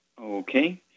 Okay